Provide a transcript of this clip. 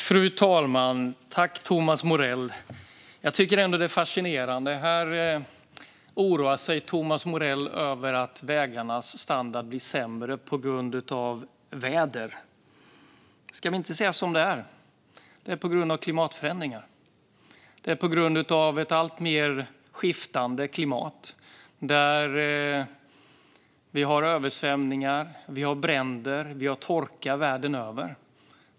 Fru talman! Tack, Thomas Morell! Jag tycker ändå att det här är fascinerande. Här oroar sig Thomas Morell över att vägarnas standard blir sämre på grund av väder, men ska vi inte säga som det är? Det är på grund av klimatförändringar. Det är på grund av ett allt mer skiftande klimat där vi har översvämningar, bränder och torka världen över.